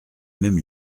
même